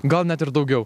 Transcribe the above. gal net ir daugiau